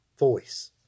voice